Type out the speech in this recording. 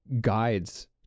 guides